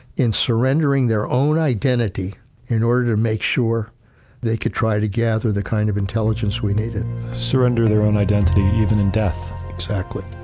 in surrendering their own identity in order to make sure they could try to gather the kind of intelligence we needed rosenberg surrender their own identity, even in death. exactly.